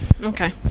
Okay